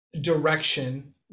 direction